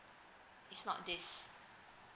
is not this